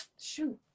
shoot